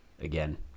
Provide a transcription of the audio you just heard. again